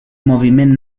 moviment